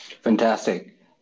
Fantastic